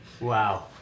Wow